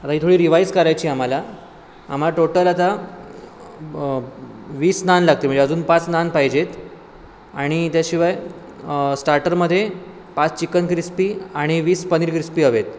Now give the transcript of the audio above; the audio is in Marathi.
आता ही थोडी रिवाइज करायची आम्हाला आम्हाला टोटल आता वीस नान लागतील म्हणजे अजून पाच नान पाहिजेत आणि त्याशिवाय स्टार्टरमध्ये पाच चिकन क्रिस्पी आणि वीस पनीर क्रिस्पी हवेत